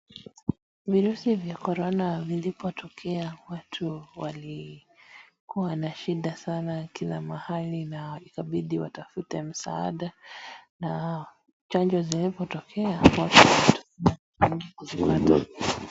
Virusi vya korona vilipotokea watu walikua na shida sana kila mahali na ikabidi watafute msaada na chanjo zilipotokea na watu wengi kuzipata.